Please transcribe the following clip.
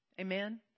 Amen